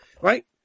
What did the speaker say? Right